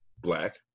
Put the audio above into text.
black